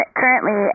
currently